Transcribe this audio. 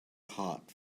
hot